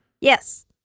Yes